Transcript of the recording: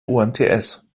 umts